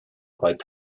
beidh